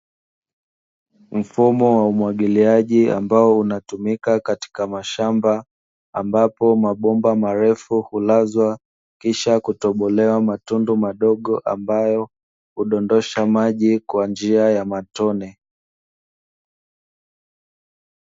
Mfumo wa umwagiliaji ambao unatumika katika mashamba, ambapo mabomba marefu hulazwa kisha, kutobelewa matundu madogo ambayo hudondosha maji kwa njia ya matone.